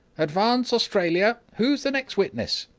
advance australia! who's the next witness?